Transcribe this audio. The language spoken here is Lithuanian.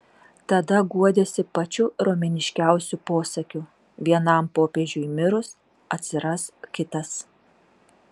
tada guodiesi pačiu romėniškiausiu posakiu vienam popiežiui mirus atsiras kitas